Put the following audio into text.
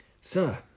Sir